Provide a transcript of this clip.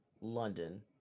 london